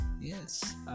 yes